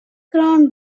ground